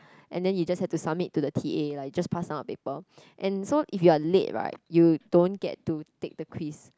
and then you just have to submit to the t_a like you just pass down the paper and so if you are late right you don't get to take the quiz